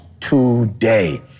today